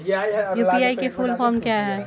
UPI की full form क्या है?